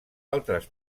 altres